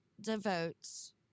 devotes